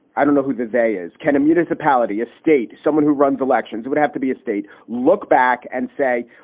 i don't know who the day is. can a municipality, a state, someone who runs elections would have to be a state? look back and say,